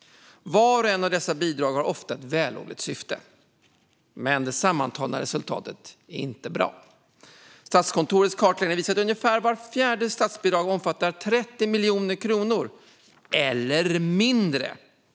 Vart och ett av dessa bidrag har ofta ett vällovligt syfte, men det sammantagna resultatet är inte bra. Statskontorets kartläggning visar att ungefär vart fjärde statsbidrag omfattar 30 miljoner kronor eller mindre.